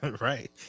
Right